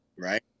Right